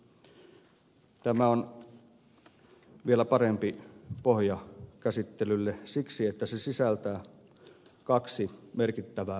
tämä on vielä parempi pohja käsittelylle siksi että se sisältää kaksi merkittävää parannusta